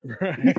right